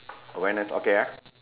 awareness okay ah